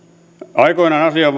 aikoinaan asian